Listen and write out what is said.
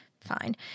Fine